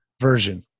version